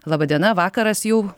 laba diena vakaras jau